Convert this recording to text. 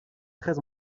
très